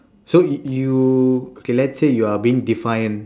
so if you okay let's say you are being defiant